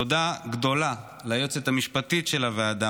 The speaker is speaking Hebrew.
תודה גדולה ליועצת המשפטית של הוועדה,